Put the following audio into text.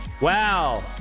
Wow